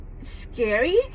scary